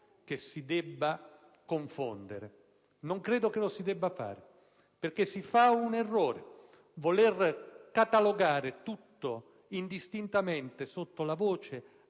che si debba confondere; non credo lo si debba fare perché si commette un errore. Voler catalogare tutto indistintamente sotto la voce